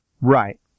Right